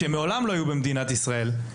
שמעולם לא היו במדינת ישראל.